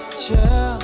chill